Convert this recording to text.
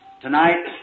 tonight